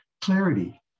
clarity